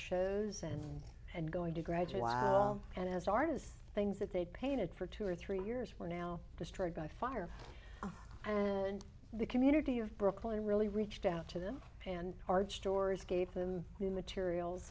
shows and and going to graduate and as artists things that they painted for two or three years were now destroyed by fire and the community of brooklyn really reached out to them and hard stories gave them the materials